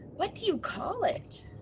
what do you call it?